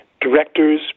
directors